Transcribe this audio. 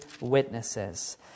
witnesses